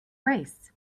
race